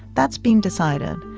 that's been decided.